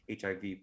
HIV